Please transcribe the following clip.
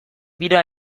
dira